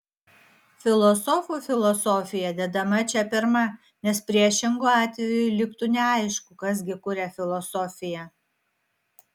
filosofų filosofija dedama čia pirma nes priešingu atveju liktų neaišku kas gi kuria filosofiją